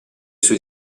sui